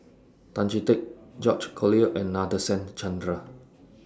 Tan Chee Teck George Collyer and Nadasen Chandra